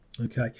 okay